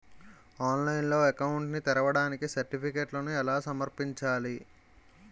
ఆన్లైన్లో అకౌంట్ ని తెరవడానికి సర్టిఫికెట్లను ఎలా సమర్పించాలి?